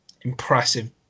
impressive